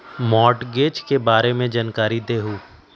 Mortgage के बारे में जानकारी देहु?